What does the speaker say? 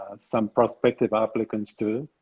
ah some prospective applicants too.